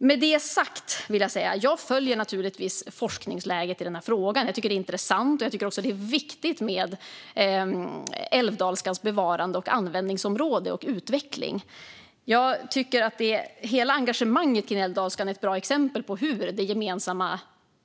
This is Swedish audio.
Med detta sagt vill jag säga att jag naturligtvis följer forskningsläget i denna fråga. Jag tycker att det är intressant och viktigt med älvdalskans bevarande, användningsområde och utveckling. Jag tycker att hela engagemanget kring älvdalskan är ett bra exempel på hur det gemensamma